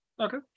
Okay